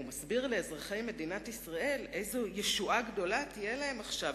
והוא מסביר לאזרחי מדינת ישראל איזו ישועה גדולה תהיה להם עכשיו,